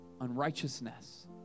unrighteousness